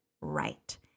right